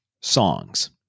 songs